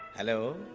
hello!